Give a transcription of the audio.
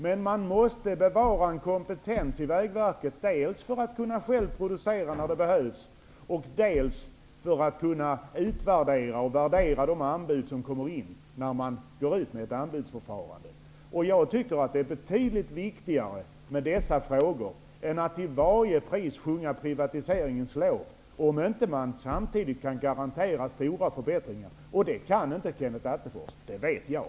Men man måste bevara en kompetens i Vägverket, dels för att själv kunna producera när det behövs, dels för att vid ett anbudsförfarande kunna utvärdera och värdera de anbud som kommer in. Jag tycker att detta är betydligt viktigare än att till varje pris sjunga privatiseringens lov, om man inte samtidigt kan garantera stora förbättringar, och det kan inte Kenneth Attefors -- det vet jag.